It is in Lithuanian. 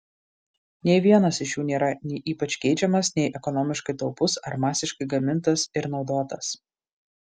nė vienas iš jų nėra nei ypač geidžiamas nei ekonomiškai taupus ar masiškai gamintas ir naudotas